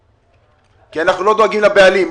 לא דואגים לבעלים.